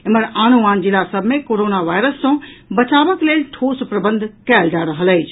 एम्हर आनो आन जिला सभ मे कोरोना वायरस सँ बचावक लेल ठोस प्रबंध कयल जा रहल अछि